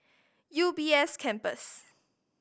U B S Campus